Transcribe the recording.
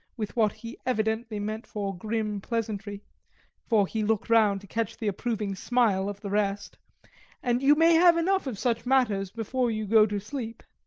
with what he evidently meant for grim pleasantry for he looked round to catch the approving smile of the rest and you may have enough of such matters before you go to sleep.